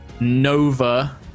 Nova